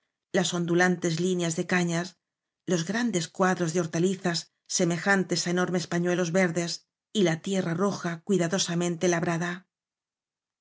las ondulantes líneas de cañas los graneles cuadros de hortalizas semejantes á enormes pañuelos verdes y la tierra roja cuida dosamente labrada